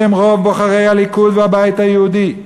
שהם רוב בוחרי הליכוד והבית היהודי,